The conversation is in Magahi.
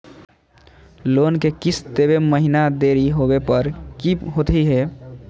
लोन के किस्त देवे महिना देरी होवे पर की होतही हे?